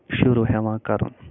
شروع ہٮ۪وان کَرُن